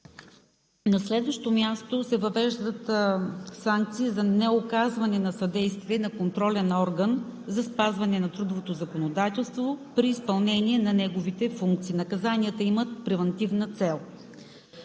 На следващо място се въвеждат санкции за неоказване на съдействие на контролен орган за спазване на трудовото законодателство при изпълнение на неговите функции. Наказанията имат превантивна цел.